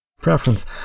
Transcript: preference